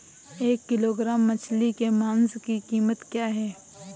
एक किलोग्राम मछली के मांस की कीमत क्या है?